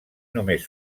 només